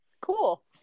Cool